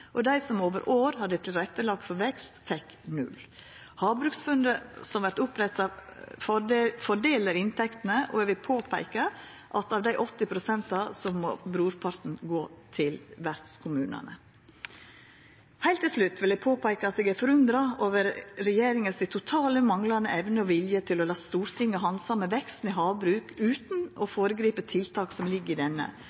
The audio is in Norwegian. at dei som over år hadde tilrettelagt for vekst, fekk null. Havbruksfondet som vert oppretta, fordelar inntektene. Og eg vil påpeika at av dei 80 pst. må brorparten gå til vertskommunane. Heilt til slutt vil eg seia at eg er forundra over regjeringas totalt manglande evne og vilje til å la Stortinget handsama veksten i havbruk utan å